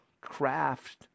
craft